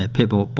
ah people